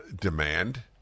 demand